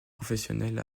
professionnels